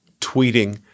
tweeting